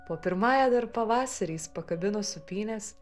po pirmąja dar pavasarį jis pakabino sūpynes